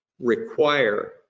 require